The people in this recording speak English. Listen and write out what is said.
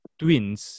twins